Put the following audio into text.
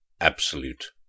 absolute